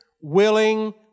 willing